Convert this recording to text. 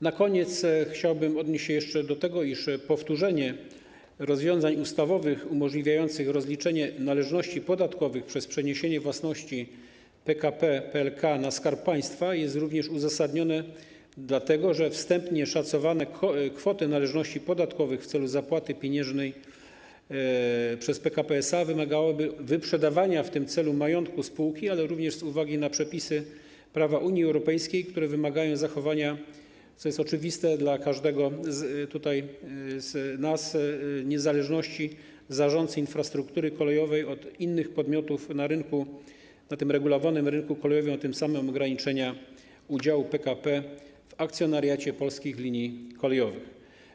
Na koniec chciałbym odnieść się jeszcze do tego, iż powtórzenie rozwiązań ustawowych umożliwiających rozliczenie należności podatkowych przez przeniesienie własności PKP PLK na Skarb Państwa jest również uzasadnione dlatego, że wstępnie szacowane kwoty należności podatkowych, które mają być przekazane w celu zapłaty pieniężnej przez PKP SA, wymagałyby wyprzedawania w tym celu majątku spółki, ale również z uwagi na przepisy prawa Unii Europejskiej, które wymagają zachowania, co jest oczywiste dla każdego z nas tutaj, niezależności zarządcy infrastruktury kolejowej od innych podmiotów na tym regulowanym rynku kolejowym, a tym samym - ograniczenia udziału PKP w akcjonariacie Polskich Linii Kolejowych.